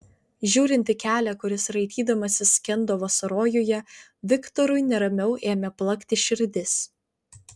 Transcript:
žiūrint į kelią kuris raitydamasis skendo vasarojuje viktorui neramiau ėmė plakti širdis